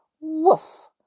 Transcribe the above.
Woof